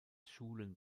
schulen